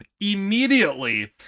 immediately